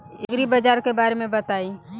एग्रीबाजार के बारे में बताई?